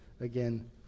again